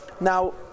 Now